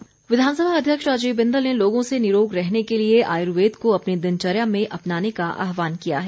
आरोग्य मेला विधानसभा अध्यक्ष राजीव बिंदल ने लोगों से निरोग रहने के लिए आयुर्वेद को अपनी दिनचर्या में अपनाने का आहवान किया है